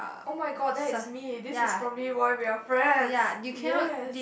oh-my-god that is me this is probably why we are friends yes